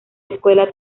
escuela